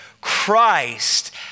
Christ